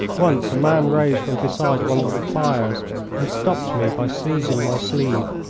once a man rose from beside one of the fires and stopped me by seizing my sleeve.